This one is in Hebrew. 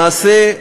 למעשה,